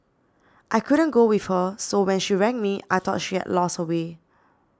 I couldn't go with her so when she rang me I thought she had lost her way